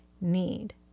need